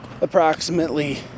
approximately